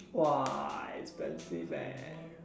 expensive